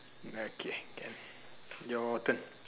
okay can your turn